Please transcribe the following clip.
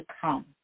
come